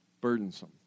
burdensome